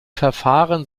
verfahren